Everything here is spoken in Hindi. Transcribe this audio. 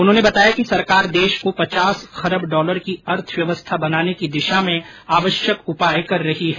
उन्होंने बताया कि सरकार देश को पचास खरब डॉलर की अर्थव्यवस्था बनाने की दिशा में आवश्यक उपाय कर रही है